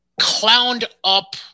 clowned-up